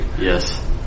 Yes